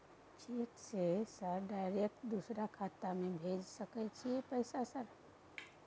Cheque से sir direct दूसरा के खाता में भेज सके छै पैसा सर?